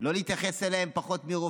לא להתייחס אליהם פחות מרופאים,